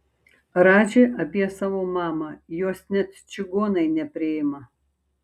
radži apie savo mamą jos net čigonai nepriima